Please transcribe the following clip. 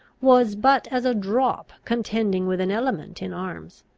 was but as a drop contending with an element in arms.